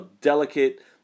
delicate